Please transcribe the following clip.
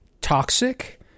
toxic